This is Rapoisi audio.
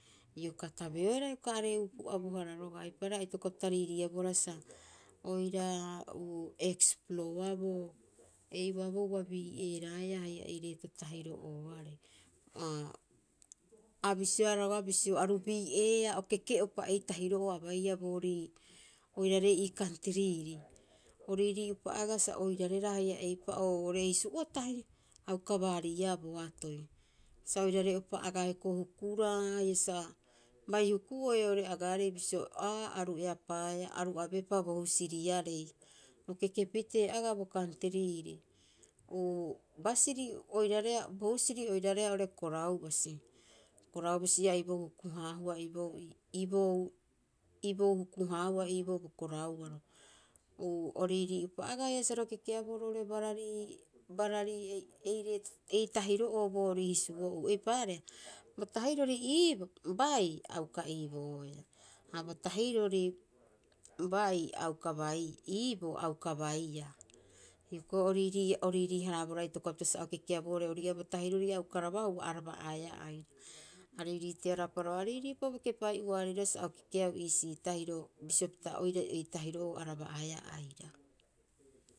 Ioka tabeoehara ioka aree'uu pu'abohara roga'a, eipaareha ia itokopapita riiriia bohara sa oira euu explo aboo heuabo uaa boo ua bii'eeraeaa haia ei reeto tahiro'ooarei. A bisio ea roga'a bisio aru bieea o keke'upa eitahiro'oo a baiia boorii oiraarei ii kantriri. O riri'upa aga sa oirare raa eipa'oo hisu'o tahi a uka baariia boatoi. Sa oirare'upa agaa hiokoii hukuraa haia sa bai huku'oe oo'ore agaarei bisio aa aru eapaaea, aru abeepa bo husiriarei. O kekepitee agaa bo kantriri. Basiri bo husiri oiraareha oo'ore koraabasi. Koraabasi a i boou hukuhaahua ii'boo bo korauaro. O riirii upa agaa sa ro kekeaboo roo'ore barari ei tahiro'oo boorii hisu'o'uu. Eipaareha bo tahirori bai a uka baiia. Hioko'i o riiharaboro itokopapita sa o kekeabo ori ii'oa bo tahirori a rabahua arab aeaa ara'aea aira. A riirii terapa arii'aupa roga'a bo kepaiuaarei sa o kekeau iisii tahiro bisio pita ei tahiro'oo a raba'aea aira.